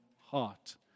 heart